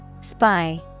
Spy